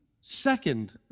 second